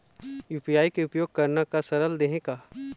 UPI के उपयोग करना का सरल देहें का?